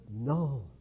No